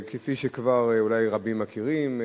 כפי שכבר אולי רבים מכירים,